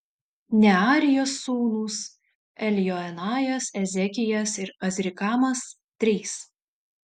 nearijos sūnūs eljoenajas ezekijas ir azrikamas trys